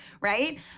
right